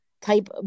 type